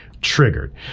triggered